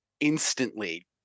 instantly